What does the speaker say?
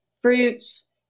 fruits